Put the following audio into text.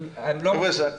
הם לא ברורים.